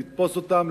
לתפוס אותם,